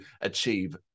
achieve